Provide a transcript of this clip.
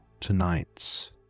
tonight's